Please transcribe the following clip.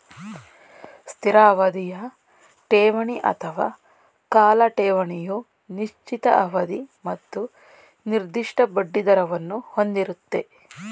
ಸ್ಥಿರ ಅವಧಿಯ ಠೇವಣಿ ಅಥವಾ ಕಾಲ ಠೇವಣಿಯು ನಿಶ್ಚಿತ ಅವಧಿ ಮತ್ತು ನಿರ್ದಿಷ್ಟ ಬಡ್ಡಿದರವನ್ನು ಹೊಂದಿರುತ್ತೆ